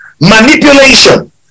manipulation